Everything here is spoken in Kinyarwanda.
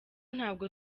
ntabwo